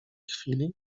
chwili